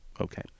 Okay